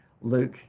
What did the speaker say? Luke